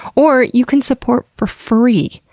or you can support for free,